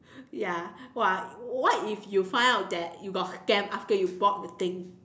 ya !wah! what if you found out that you got scam after you bought the thing